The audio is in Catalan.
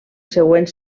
següent